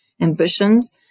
ambitions